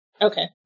Okay